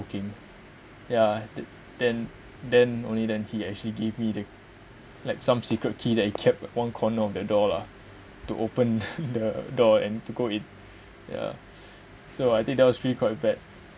booking ya then then only then he actually gave me the like some secret key that he kept one corner of the door lah to open the door and to go in ya so I think that was really quite bad